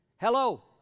Hello